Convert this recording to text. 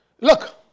Look